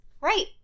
Right